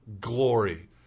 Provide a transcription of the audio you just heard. glory